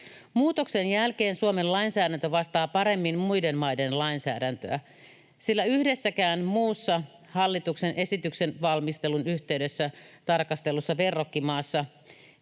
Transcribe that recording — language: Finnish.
Muutoksen jälkeen Suomen lainsäädäntö vastaa paremmin muiden maiden lainsäädäntöä, sillä yhdessäkään muussa hallituksen esityksen valmistelun yhteydessä tarkastellussa verrokkimaassa